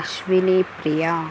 Ashwini Priya